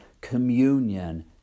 communion